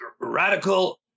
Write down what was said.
Radical